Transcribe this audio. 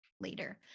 later